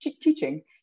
teaching